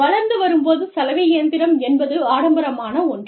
வளர்ந்து வரும் போது சலவை இயந்திரம் என்பது ஆடம்பரமான ஒன்று